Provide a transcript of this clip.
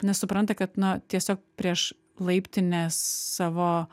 nes supranta kad na tiesiog prieš laiptinės savo